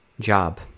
job